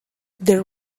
there